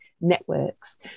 networks